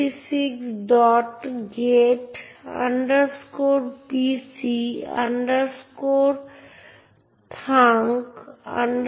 আরেকটি বিষয় হল যে সমস্ত পাসওয়ার্ড এনক্রিপ্ট করা আকারে ফাইল etcshadow এ সংরক্ষণ করা হয় এখন এই ফাইলটি সমস্ত ব্যবহারকারীর সমস্ত পাসওয়ার্ড নিয়ে গঠিত এবং তাই কোনো সাধারণ ব্যবহারকারীর দ্বারা অ্যাক্সেস করা উচিত নয়